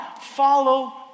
follow